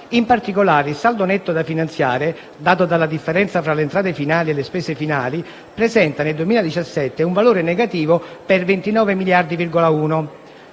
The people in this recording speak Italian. In particolare, il saldo netto da finanziare (dato dalla differenza fra le entrate finali e le spese finali) presenta nel 2017 un valore negativo per 29,1 miliardi